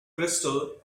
crystal